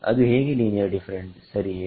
ಅದು ಹೇಗೆ linear different ಸರಿಯೇ